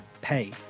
pay